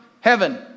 heaven